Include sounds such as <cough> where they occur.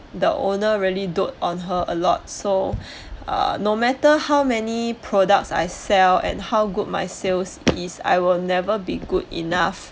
the owner really dote on her a lot so <breath> no matter how many products I sell how good my sales is I will never be good enough